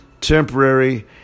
temporary